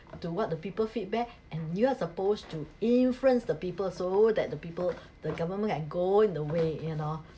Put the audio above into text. to what the people feedback and you're supposed to influence the people so that the people the government can go in the way you know